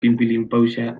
pinpilinpauxa